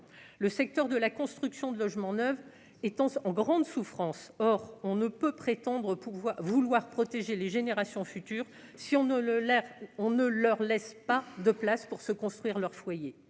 le secteur de la construction de logements neufs étant en grande souffrance, or on ne peut prétendre pouvoir vouloir protéger les générations futures, si on ne le l'air on ne leur laisse pas de place pour se construire leur foyer,